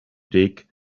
dig